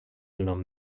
nom